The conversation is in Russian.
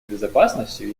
безопасностью